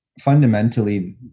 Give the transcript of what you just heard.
Fundamentally